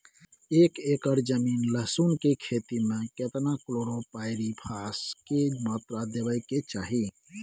एक एकर जमीन लहसुन के खेती मे केतना कलोरोपाईरिफास के मात्रा देबै के चाही?